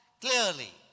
clearly